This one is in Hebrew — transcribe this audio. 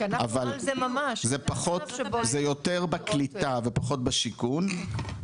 אבל זה יותר בקליטה ופחות בשיכון,